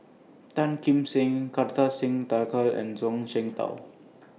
Tan Kim Seng Kartar Singh Thakral and Zhuang Shengtao